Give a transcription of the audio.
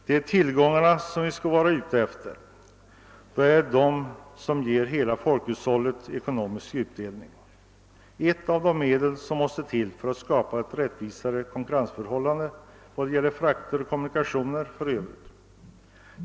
Det är dessa tillgångar vi skall vara ute efter, eftersom det är de som ger hela folkhushållet ekonomisk utdelning. Ett av de medel som måste till är att skapa ett rättvisare konkurrensförhållande vad det gäller frakter och kommunikationer.